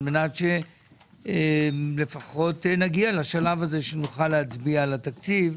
מנת שלפחות נגיע לשלב הזה שנוכל להצביע על התקציב.